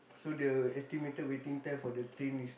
so their estimated waiting time for the train is